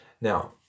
Now